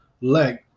leg